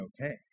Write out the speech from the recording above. okay